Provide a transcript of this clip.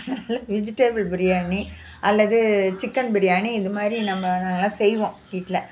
vegetable biryani அல்லது chicken biryani இது மாதிரி நம்ம எல்லாம் செய்வோம் வீட்டில்